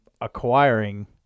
acquiring